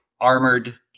armored